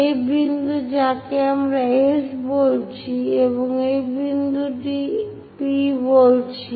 এই বিন্দু যাকে আমরা S বলছি এবং এই বিন্দুকে P বলছি